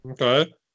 Okay